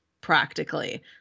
practically